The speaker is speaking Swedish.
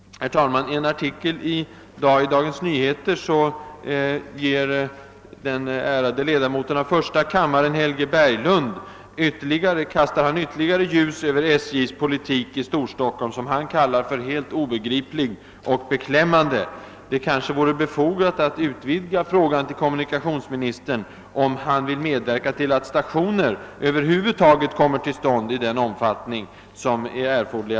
Herr talman! I en artikel i Dagens Nyheter i dag kastar den ärade ledamoten av första kammaren Helge Berglund ytterligare ljus över SJ:s politik i Storstockholm, som han kallar för helt obegriplig och beklämmande. Det kanske vore befogat att utvidga frågan till kommunikationsministern, att gälla om han vill medverka till att stationer över huvud taget kommer till stånd i den omfattning som är erforderlig.